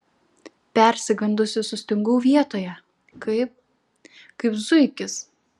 persigandusi sustingau vietoje kaip kaip zuikis